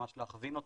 ממש להכווין אותו,